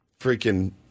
Freaking